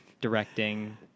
Directing